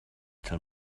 till